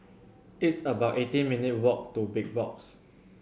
it's about eighteen minute' walk to Big Box